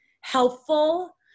helpful